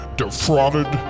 defrauded